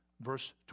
Verse